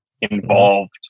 involved